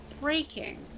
breaking